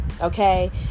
okay